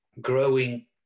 growing